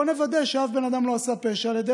בואו נוודא שאף בן אדם לא עשה פשע על ידי